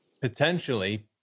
potentially